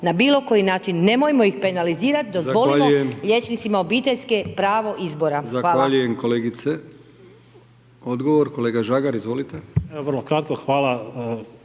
na bilo koji način, nemojmo ih penalizirati, dozvolimo liječnicima obiteljske pravo izbora.